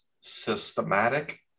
systematic